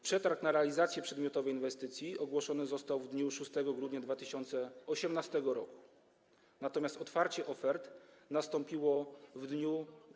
Przetarg na realizację przedmiotowej inwestycji ogłoszony został w dniu 6 grudnia 2018 r., natomiast otwarcie ofert nastąpiło w dniu.